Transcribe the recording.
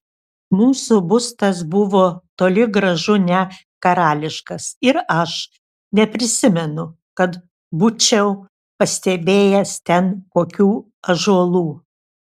mūsų būstas buvo toli gražu ne karališkas ir aš neprisimenu kad būčiau pastebėjęs ten kokių ąžuolų